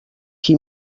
qui